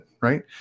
right